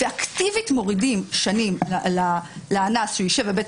ואקטיבית מורידים שנים לאנס שיושב בבית